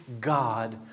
God